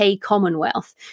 Commonwealth